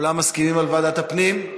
כולם מסכימים על ועדת הפנים?